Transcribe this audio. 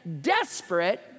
desperate